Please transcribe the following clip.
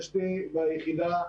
אסתי והיחידה,